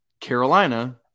Carolina